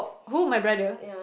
who my brother